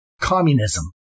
communism